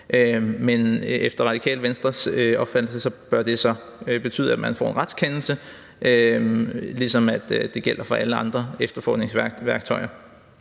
men efter Radikale Venstres opfattelse bør det så betyde, at man får en retskendelse, ligesom det gælder for alle andre efterforskningsværktøjer,